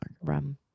rum